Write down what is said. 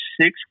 six